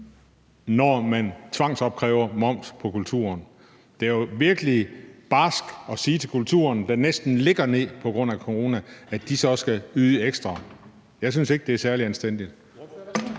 når man tvangsopkræver moms på kulturen? Det er jo virkelig barsk at sige til kulturen, der næsten ligger ned på grund af corona, at den så skal yde ekstra. Jeg synes ikke, det er særlig anstændigt.